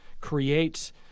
creates